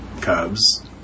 cubs